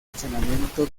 funcionamiento